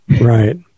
Right